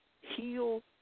heal